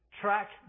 track